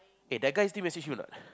eh that guy still message you or not